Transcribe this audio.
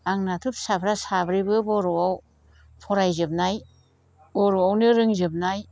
आंनाथ' फिसाफ्रा साब्रैबो बर'आव फरायजोबनाय बर'आवनो रोंजोबनाय